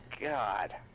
God